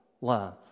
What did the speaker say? love